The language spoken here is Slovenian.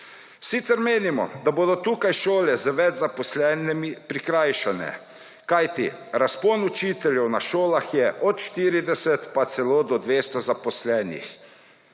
Sicer menimo, da bodo tukaj šole z več zaposlenimi prikrajšane, kajti razpon učiteljev na šolah je od 40 pa celo do 200 zaposlenih.